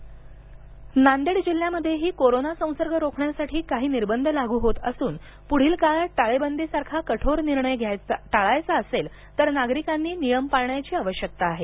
नांदेड नांदेड जिल्ह्यामध्येही कोरोना संसर्ग रोखण्यासाठी काही निर्बंध लागू होत असून पुढील काळात टाळेबंदी सारखा कठोर निर्णय टाळायचा असेल तर नागरिकांनी नियम पाळण्याची आवश्यकता आहे